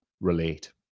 relate